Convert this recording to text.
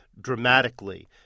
dramatically